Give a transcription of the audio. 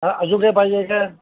हा अजून काे पाहिजे आहे का